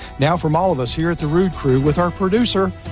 now from all of us here at the rood crew with our producer,